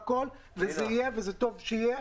זה יהיה, וטוב שיהיה.